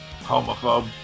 Homophobe